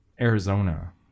Arizona